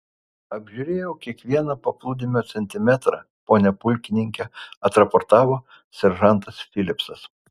apžiūrėjau kiekvieną paplūdimio centimetrą pone pulkininke atraportavo seržantas filipsas